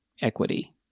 equity